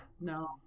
No